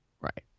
Right